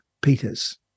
Peters